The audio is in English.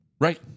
Right